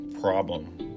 problem